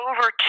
over